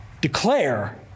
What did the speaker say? declare